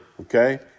okay